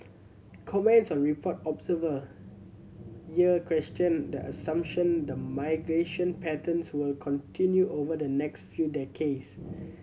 commenting on report observer here questioned the assumption that migration patterns will continue over the next few decades